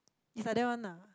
is like that one lah